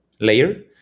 layer